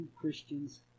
Christians